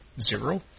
zero